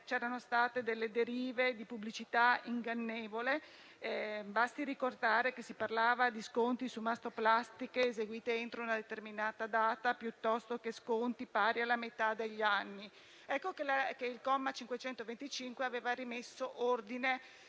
c'erano state delle derive di pubblicità ingannevole, basti ricordare che si parlava di sconti su mastoplastiche eseguite entro una determinata data, o di sconti pari alla metà degli anni. Il comma 525 della citata legge aveva rimesso ordine